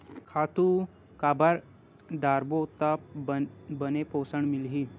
खातु काबर डारबो त बने पोषण मिलही?